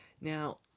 Now